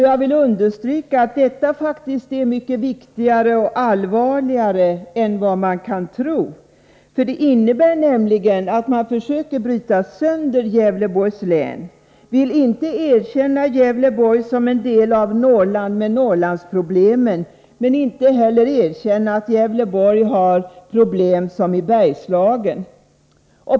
Jag vill understryka att detta faktiskt är mycket viktigare och allvarligare än man kan tro. Det innebär nämligen att man försöker bryta sönder Gävleborgs län. Man vill inte erkänna Gävleborg som en del av Norrland med Norrlandsproblem, men inte heller erkänna att Gävleborg har samma problem som Bergslagen.